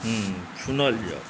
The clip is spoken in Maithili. हँ सुनल जाउ